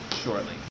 shortly